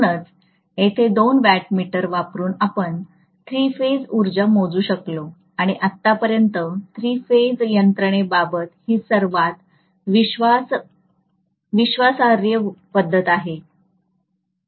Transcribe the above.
म्हणूनच येथे दोन वॅट मीटर वापरुन आपण थ्री फेज उर्जा मोजू शकलो आणि आतापर्यंत थ्री फेज यंत्रणे बाबत ही सर्वात विश्वासार्ह पद्धत आहे